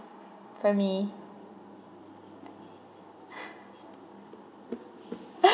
for me